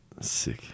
sick